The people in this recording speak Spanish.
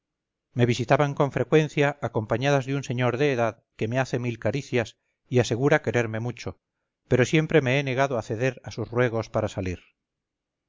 me visitan con frecuencia acompañadas de un señor de edad que me hace mil caricias y asegura quererme mucho pero siempre me he negado a ceder a sus ruegos para salir